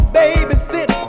babysit